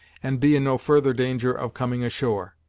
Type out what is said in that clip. and be in no further danger of coming ashore.